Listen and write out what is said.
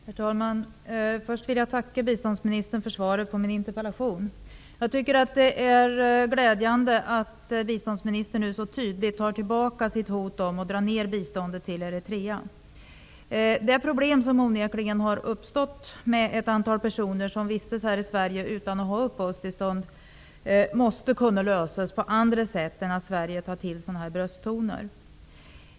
Herr talman! Först vill jag tacka biståndsministern för svaret på min interpellation. Det är glädjande att biståndsministern nu så tydligt tar tillbaka sitt hot om att dra ner biståndet till Det problem som onekligen har uppstått, med ett antal personer som vistas i Sverige utan att ha uppehållstillstånd, måste kunna lösas på andra sätt än att Sverige tar till brösttoner.